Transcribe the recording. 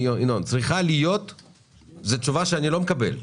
זו תשובה שאני לא מקבל.